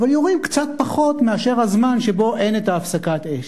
אבל יורים קצת פחות מאשר בזמן שבו אין הפסקת אש.